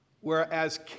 Whereas